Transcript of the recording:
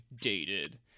Dated